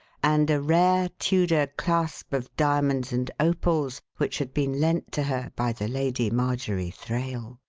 and a rare tudor clasp of diamonds and opals which had been lent to her by the lady margery thraill.